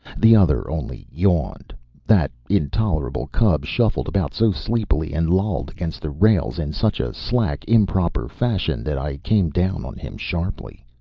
the other only yawned. that intolerable cub shuffled about so sleepily and lolled against the rails in such a slack, improper fashion that i came down on him sharply.